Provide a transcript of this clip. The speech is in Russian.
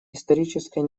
историческая